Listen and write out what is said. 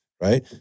right